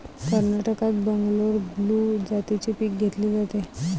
कर्नाटकात बंगलोर ब्लू जातीचे पीक घेतले जाते